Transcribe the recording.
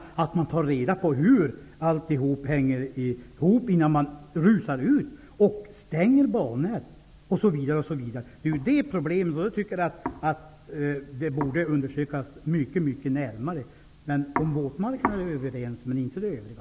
Man måste mycket närmare ta reda på hur allt hänger ihop, innan man rusar ut och stänger skjutbanor. Om våtmarkerna är vi överens men inte om det övriga.